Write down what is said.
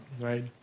right